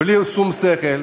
בלי שום שכל,